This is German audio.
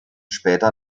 später